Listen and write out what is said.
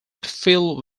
phil